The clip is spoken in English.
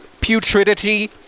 putridity